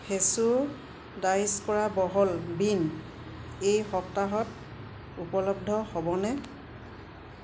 ফেছো ডাইচ কৰা বহল বীন এই সপ্তাহত উপলব্ধ হ'বনে